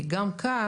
כי, גם כאן,